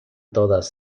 todas